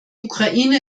ukraine